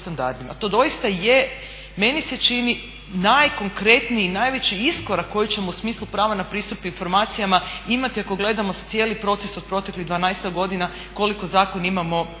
To doista je meni se čini najkonkretniji, najveći iskorak koji ćemo u smislu prava na pristup informacijama imati ako gledamo cijeli proces od proteklih 12-ak godina koliko zakon imamo u